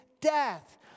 death